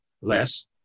less